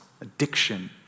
addiction